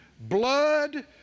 blood